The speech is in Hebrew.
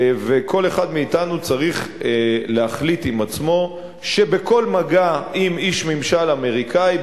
וכל אחד מאתנו צריך להחליט עם עצמו שבכל מגע עם איש ממשל אמריקני,